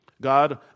God